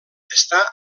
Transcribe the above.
està